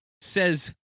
says